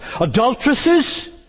Adulteresses